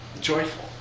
joyful